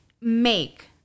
make